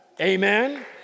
Amen